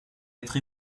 être